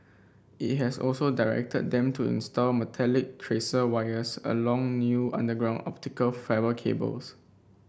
it has also directed them to install metallic tracer wires along new underground optical fibre cables